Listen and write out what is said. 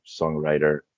songwriter